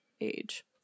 age